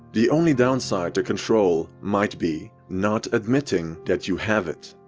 the only downside to control might be not admitting that you have it.